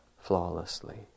flawlessly